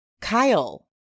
Kyle